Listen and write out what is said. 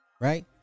Right